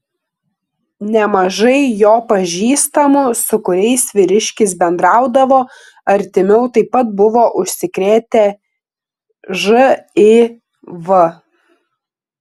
nemažai jo pažįstamų su kuriais vyriškis bendraudavo artimiau taip pat buvo užsikrėtę živ